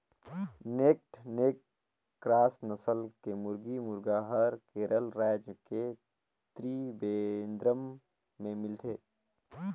naked neck cross नसल के मुरगी, मुरगा हर केरल रायज के त्रिवेंद्रम में मिलथे